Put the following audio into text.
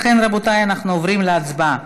לכן, רבותיי, אנחנו עוברים להצבעה.